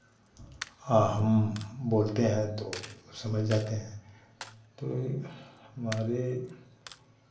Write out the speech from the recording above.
आ हम बोलते हैं तो समझ जाते हैं तो हमारे